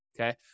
Okay